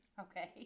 Okay